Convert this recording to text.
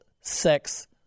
sex